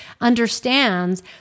understands